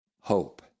hope